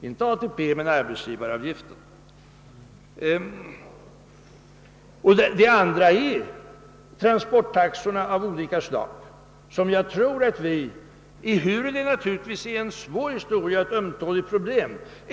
Vidare tror jag att vi måste gripa oss an med transporttaxor av olika slag, som är ett svårt och ömtåligt problem.